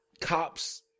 cops